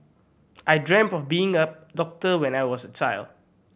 I dreamt of being a doctor when I was a child